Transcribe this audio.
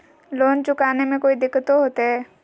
Loan चुकाने में कोई दिक्कतों होते?